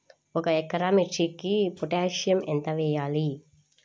ఒక ఎకరా మిర్చీకి పొటాషియం ఎంత వెయ్యాలి?